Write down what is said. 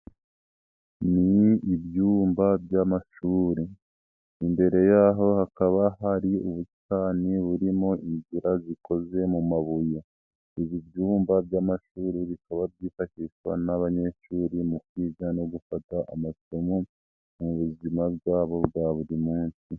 Ni ibyumba by'amashuri imbere yaho hakaba hari ubusitani burimo inzira zikoze mu mabuye, ibi byumba by'amashuri bikaba byifashishwa n'abanyeshuri mu kwiga no gufata amasomo mu buzima bwabo bwa buri munsi.